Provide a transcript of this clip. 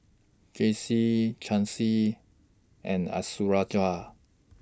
Jaycee Chauncy and